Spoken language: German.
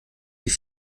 die